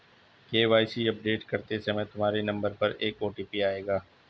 KYC update करते समय तुम्हारे नंबर पर एक ओ.टी.पी आएगा